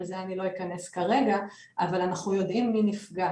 על זה אני לא אכנס כרגע אבל אנחנו יודעים מי נפגע